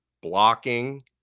blocking